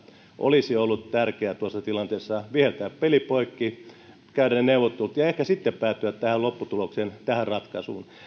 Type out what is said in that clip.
olisi ollut tärkeää tuossa tilanteessa viheltää peli poikki käydä neuvottelut ja ehkä sitten päätyä tähän lopputulokseen tähän ratkaisuun